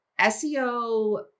SEO